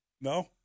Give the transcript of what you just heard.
No